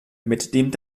mit